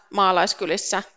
maalaiskylissä